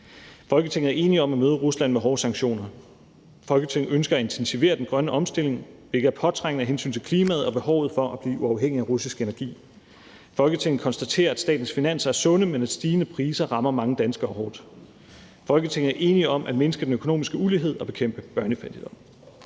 Folketinget er enige om at møde Rusland med hårde sanktioner. Folketinget ønsker at intensivere den nødvendige grønne omstilling, hvilket er påtrængende af hensyn til klimaet og behovet for at blive uafhængig af russisk energi. Folketinget konstaterer, at statens finanser er sunde, men at stigende priser rammer mange danskere hårdt. Folketinget er enige om at mindske den økonomiske ulighed og bekæmpe børnefattigdom.«